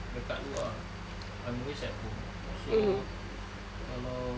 dekat luar I'm always at home so kalau